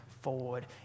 forward